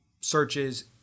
searches